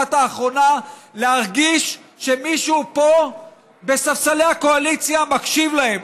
האחרונה להרגיש שמישהו פה בספסלי הקואליציה מקשיב להם.